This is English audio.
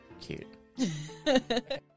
Cute